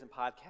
podcasts